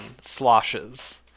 sloshes